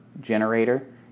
generator